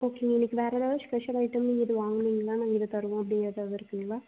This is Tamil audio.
ஓகேங்க இன்னைக்கு வேறு ஏதாவது ஸ்பெஷல் ஐட்டம் நீங்கள் இது வாங்குனீங்கன்னா நாங்கள் இதை தருவோம் அப்டின்னு ஏதாவது இருக்குதுங்களா